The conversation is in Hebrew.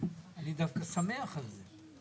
אני דווקא שמח על זה.